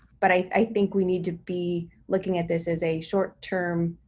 but i think we need to be looking at this as a short term.